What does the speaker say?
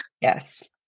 Yes